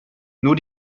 nur